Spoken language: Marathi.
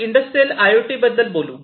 आपण इंडस्ट्रियल आयओटी बद्दल बोलू